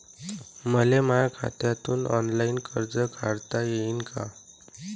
मले माया खात्यातून ऑनलाईन कर्ज काढता येईन का?